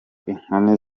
inkumi